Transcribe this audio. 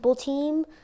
team